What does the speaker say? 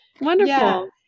Wonderful